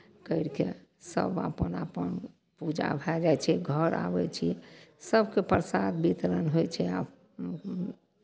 करि कऽ सभ अपन अपन पूजा भए जाइ छै घर आबै छी सभकेँ प्रसाद वितरण होइ छै आ